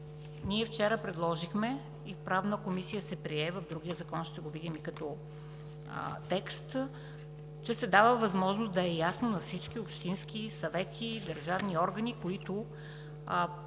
ние вчера предложихме и в Правната комисия се прие, в другия закон ще го видим като текст, че се дава възможност да е ясно на всички общински съвети, държавни органи, които имат